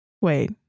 wait